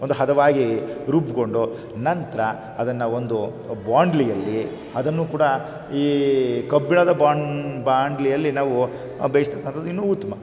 ಒಂದು ಹದವಾಗಿ ರುಬ್ಕೊಂಡು ನಂತರ ಅದನ್ನು ಒಂದು ಬಾಂಡಲಿಯಲ್ಲಿ ಅದನ್ನೂ ಕೂಡ ಈ ಕಬ್ಬಿಣದ ಬಾಂಡಲಿಯಲ್ಲಿ ನಾವು ಬೇಯಿಸ್ತಕ್ಕಂಥದ್ದು ಇನ್ನೂ ಉತ್ತಮ